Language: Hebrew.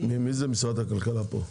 מי ממשרד הכלכלה כאן?